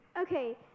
Okay